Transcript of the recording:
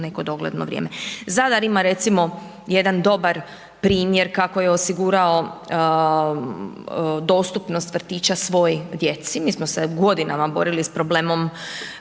neko dogledno vrijeme. Zadar ima recimo jedan dobar primjer kako je osigurao dostupnost vrtića svoj djeci, mi smo se godinama borili sa problemom